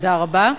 תודה רבה.